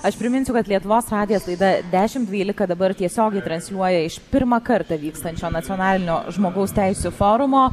aš priminsiu kad lietuvos radijas laida dešimt dvylika dabar tiesiogiai transliuoja iš pirmą kartą vykstančio nacionalinio žmogaus teisių forumo